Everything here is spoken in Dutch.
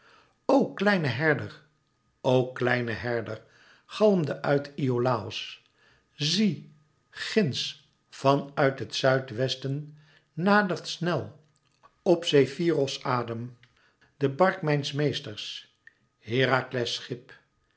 o kleine herder o kleine herder galmde uit iolàos zie ginds van uit het zuid-westen nadert snel op zefyros adem de bark mijns meesters herakles